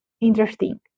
interesting